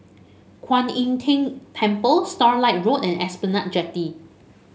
Kwan Im Tng Temple Starlight Road and Esplanade Jetty